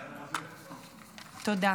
תודה.